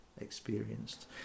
experienced